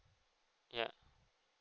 yup